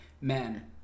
Men